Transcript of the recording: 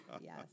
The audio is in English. yes